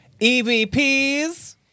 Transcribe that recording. EVPs